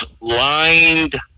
lined